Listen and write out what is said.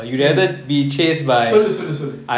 say slowly slowly slowly